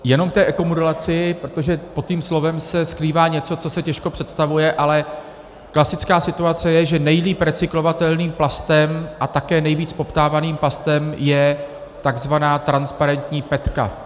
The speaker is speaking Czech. Jenom k té ekomodulaci, protože pod tím slovem se skrývá něco, co se těžko představuje, ale klasická situace je, že nejlíp recyklovatelným plastem, a také nejvíc poptávaným plastem je takzvaná transparentní petka.